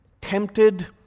tempted